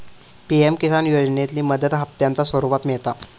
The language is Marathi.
पी.एम किसान योजनेतली मदत हप्त्यांच्या स्वरुपात मिळता